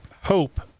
hope